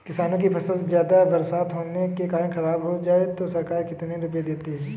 किसानों की फसल ज्यादा बरसात होने के कारण खराब हो जाए तो सरकार कितने रुपये देती है?